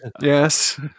Yes